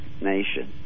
nation